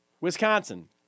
Wisconsin